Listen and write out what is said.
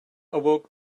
awoke